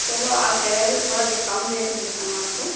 چلو آپ کہہ رہے ہو تھوڑا ڈسکاؤنٹ دے دیں گے ہم آپ کو